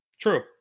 True